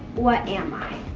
what am i?